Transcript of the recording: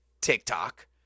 TikTok